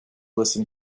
listen